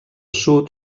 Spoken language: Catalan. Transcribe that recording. sud